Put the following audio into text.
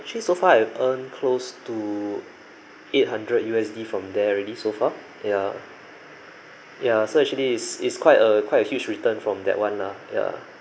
actually so far I've earned close to eight hundred U_S_D from there already so far ya ya so actually it's it's quite a quite a huge return from that one lah ya